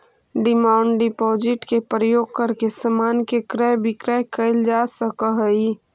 demand deposit के प्रयोग करके समान के क्रय विक्रय कैल जा सकऽ हई